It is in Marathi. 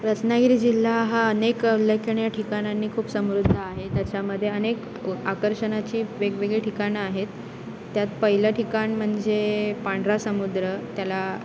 रत्नागिरी जिल्हा हा अनेक उल्लेखनीय ठिकाणांनी खूप समृद्ध आहे त्याच्यामध्ये अनेक आकर्षणाची वेगवेगळी ठिकाणं आहेत त्यात पहिलं ठिकाण म्हणजे पांढरा समुद्र त्याला